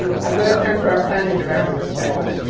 i'm gonna turn to our planning director, ms. checkli.